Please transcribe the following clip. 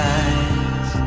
eyes